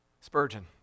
Spurgeon